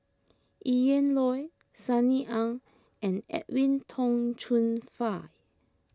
Ian Loy Sunny Ang and Edwin Tong Chun Fai